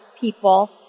people